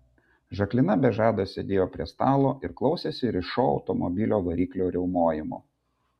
žaklina be žado sėdėjo prie stalo ir klausėsi rišo automobilio variklio riaumojimo